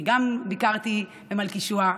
גם אני ביקרתי במלכישוע.